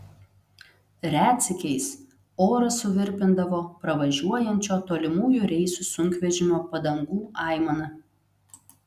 retsykiais orą suvirpindavo pravažiuojančio tolimųjų reisų sunkvežimio padangų aimana